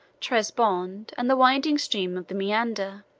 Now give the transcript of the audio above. trebizond, and the winding stream of the meander.